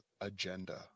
agenda